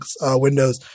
Windows